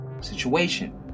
situation